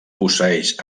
posseeix